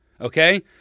Okay